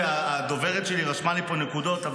הדוברת שלי רשמה לי פה נקודות,